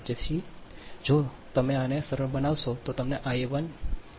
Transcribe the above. તેથી જો તમે આને સરળ બનાવશો તો તમને Ial 4